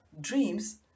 dreams